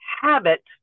habit